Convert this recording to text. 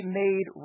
made